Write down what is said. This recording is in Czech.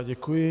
Děkuji.